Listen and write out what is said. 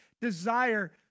desire